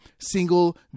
single